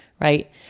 right